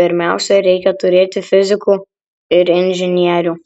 pirmiausia reikia turėti fizikų ir inžinierių